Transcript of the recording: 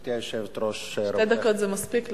גברתי היושבת-ראש, שתי דקות זה מספיק?